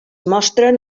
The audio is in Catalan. mostren